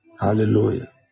Hallelujah